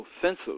offensive